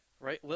Right